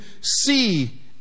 see